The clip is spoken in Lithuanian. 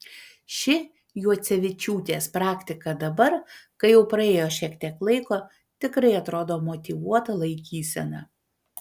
ši juocevičiūtės praktika dabar kai jau praėjo šiek tiek laiko tikrai atrodo motyvuota laikysena